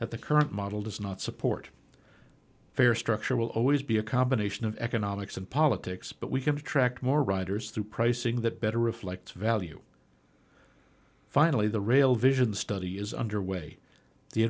at the current model does not support fair structure will always be a combination of economics and politics but we can attract more writers through pricing that better reflects value finally the rail vision study is underway the